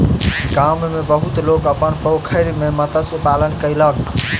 गाम में बहुत लोक अपन पोखैर में मत्स्य पालन कयलक